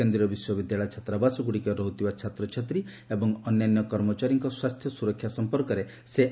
କେନ୍ଦ୍ରୀ ବିଶ୍ୱବିଦ୍ୟାଳୟ ଛାତ୍ରାବାସଗୁଡିକରେ ରହୁଥିବା ଛାତ୍ରଛାତ୍ରୀ ଏବଂ ଅନ୍ୟାନ୍ୟ କର୍ମଚାରୀଙ୍କୁ ସ୍ୱାସ୍ଥ୍ୟ ସୁରକ୍ଷା ସମ୍ପର୍କରେ ସେ ଆଲୋଚନା କରିଛନ୍ତି